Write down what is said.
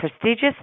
prestigious